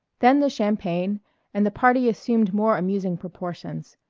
then the champagne and the party assumed more amusing proportions.